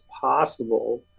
possible